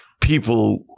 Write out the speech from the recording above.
People